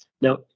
Now